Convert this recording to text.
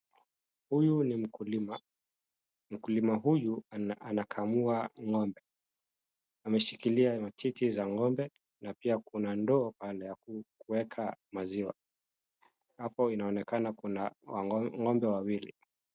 Huyu ni mkulima, mkulima huyu anakamua ng'ombe, ameshikilia matiti za ng'ombe na pia kuna ndoo pale ya kueka maziwa. Hapo inaonekana kuna ng'ombe wawili.